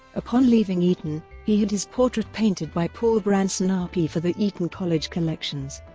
upon leaving eton, he had his portrait painted by paul branson rp for the eton college collections,